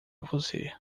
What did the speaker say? você